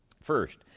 First